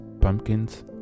pumpkins